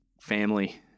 family